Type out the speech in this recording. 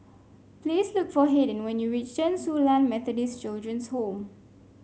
please look for Hayden when you reach Chen Su Lan Methodist Children's Home